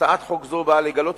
הצעת חוק זו באה לגלות